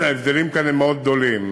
ההבדלים כאן הם מאוד גדולים.